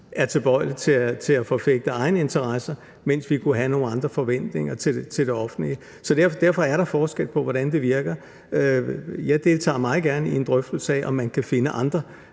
er tilbøjelige til at forfægte egne interesser, mens vi kunne have nogle andre forventninger til det offentlige. Derfor er der forskel på, hvordan det virker. Jeg deltager meget gerne i en drøftelse af, om man kan finde andre